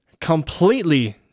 completely